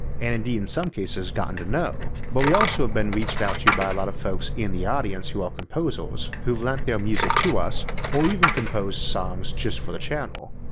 and indeed in some cases gotten to know, but we've also been reached out to by a lot of folks in the audience who are composers who've lent their music to us or even composed songs just for the channel.